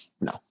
No